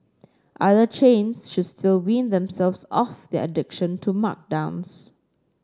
other chains should still wean themselves off of their addiction to markdowns